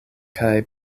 kaj